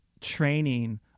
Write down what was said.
training